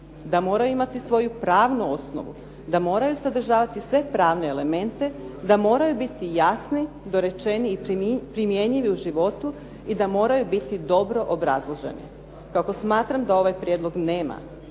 da moraju imati svoju pravnu osnovu, da moraju sadržavati sve pravne elemente, da moraju biti jasni, dorečeni i primjenjivi u životu i da moraju biti dobro obrazloženi. Kako smatram da ovaj prijedlog nema